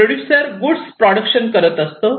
producer goods production करत असतो